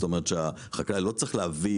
זאת אומרת, החקלאי לא צריך להביא